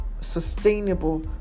sustainable